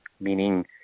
meaning